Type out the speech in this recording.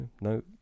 no